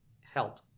help